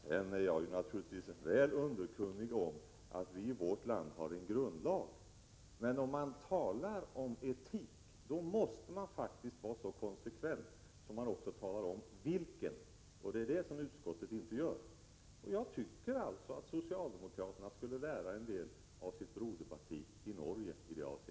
Jag är naturligtvis väl underkunnig om att vi i vårt land har en grundlag. Men om man talar om etik måste man faktiskt vara så konsekvent att man också talar om vilken, och det gör inte utskottet. I det avseendet tycker jag att socialdemokraterna skulle lära en del av sitt broderparti i Norge.